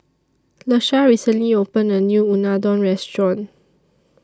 Lesha recently opened A New Unadon Restaurant